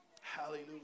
Hallelujah